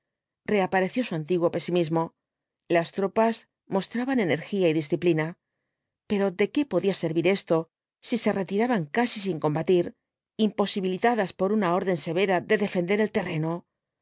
reapareció su antiguo pesimismo las tropas mostraban energía y disciplina pero de qué podía servir esto si se retiraban casi sin combatir imposibilitadas por una orden severa de defender el terreno